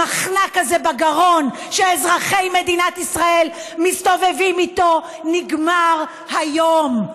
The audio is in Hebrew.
המחנק הזה בגרון שאזרחי מדינת ישראל מסתובבים איתו נגמר היום.